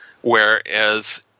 Whereas